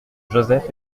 joseph